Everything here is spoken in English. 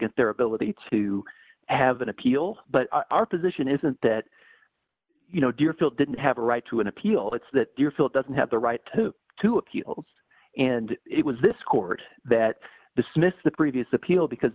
litigant their ability to have an appeal but our position isn't that you know deerfield didn't have a right to an appeal it's that you feel it doesn't have the right to appeal and it was this court that dismissed the previous appeal because